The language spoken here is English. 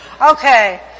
Okay